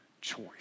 choice